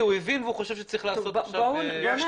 הוא הבין וחושב שצריך עכשיו לחזק.